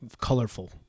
colorful